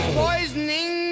poisoning